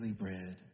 bread